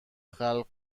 خلق